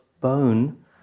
bone